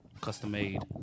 custom-made